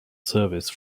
service